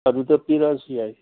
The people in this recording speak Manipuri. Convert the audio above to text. ꯑꯗꯨꯗ ꯄꯤꯔꯛꯂꯁꯨ ꯌꯥꯏ